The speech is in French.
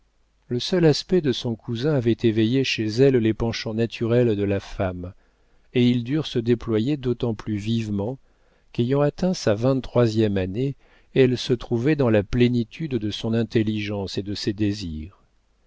le seul aspect de son cousin avait éveillé chez elle les penchants naturels de la femme et ils durent se déployer d'autant plus vivement qu'ayant atteint sa vingt-troisième année elle se trouvait dans la plénitude de son intelligence et de ses désirs